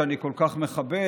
שאני כל כך מכבד,